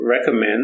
recommend